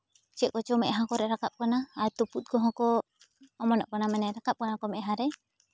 ᱪᱮᱫ ᱠᱚᱪᱚ ᱢᱮᱫᱦᱟ ᱠᱚᱨᱮ ᱨᱟᱠᱟᱵ ᱠᱟᱱᱟ ᱟᱨ ᱛᱩᱯᱩᱜ ᱠᱚᱦᱚᱸ ᱠᱚ ᱚᱢᱚᱱᱚᱜ ᱠᱟᱱᱟ ᱢᱟᱱᱮ ᱨᱟᱠᱟᱵ ᱠᱟᱱᱟ ᱠᱚ ᱢᱮᱫᱦᱟ ᱨᱮ